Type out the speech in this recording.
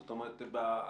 זאת אומרת,